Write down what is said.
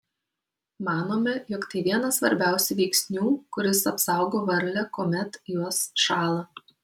manome jog tai vienas svarbiausių veiksnių kuris apsaugo varlę kuomet jos šąla